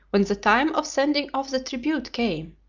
when the time of sending off the tribute came,